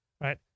right